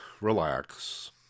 relax